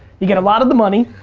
you get a lot of the money.